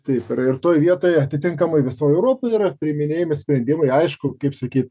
taip ir ir toj vietoje atitinkamai visoj europoj yra priiminėjami sprendimai aišku kaip sakyt